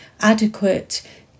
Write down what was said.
adequate